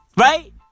Right